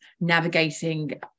navigating